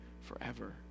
forever